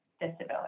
disability